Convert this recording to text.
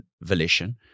volition